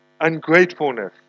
ungratefulness